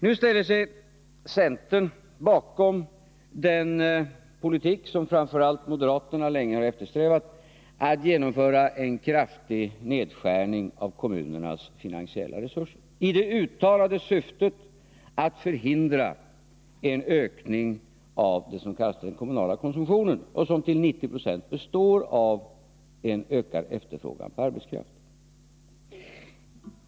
Nu ställer sig centern bakom den politik som framför allt moderaterna länge har eftersträvat — att genomföra en kraftig nedskärning av kommunernas finansiella resurser. Det uttalade syftet är att förhindra en ökning av 61 vad som kallas den kommunala konsumtionen, vilken till 90 26 består av ökad efterfrågan på arbetskraft.